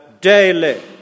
daily